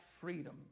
freedom